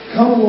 Come